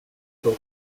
hill